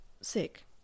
sick